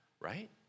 right